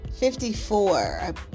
54